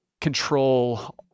control